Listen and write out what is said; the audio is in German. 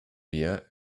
wir